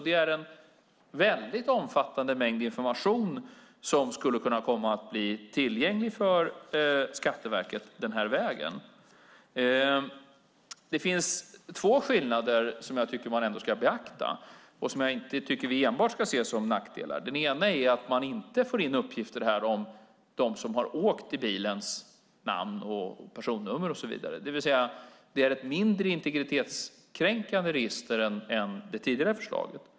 Det är alltså en mängd information som kan bli tillgänglig för Skatteverket den här vägen. Det finns två skillnader som jag tycker att vi ska beakta och inte bara se som en nackdel. Den ena är att man inte får in uppgifter om namn och personnummer på dem som har åkt i bilen. Det är alltså ett mindre integritetskränkande register än det tidigare förslaget.